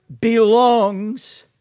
belongs